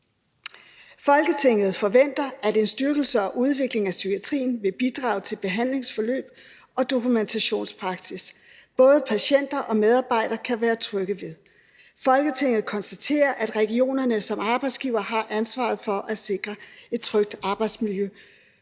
Folketinget forventer, at en styrkelse og udvikling af psykiatrien vil bidrage til behandlingsforløb og dokumentpraksis, både patienter og medarbejdere kan være trygge ved. Folketinget konstaterer, at regionerne som arbejdsgiver har ansvar for at sikre et trygt arbejdsmiljø